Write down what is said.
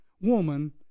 woman